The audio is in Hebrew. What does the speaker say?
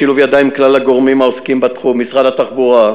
בשילוב ידיים עם כלל הגורמים העוסקים בתחום: משרד התחבורה,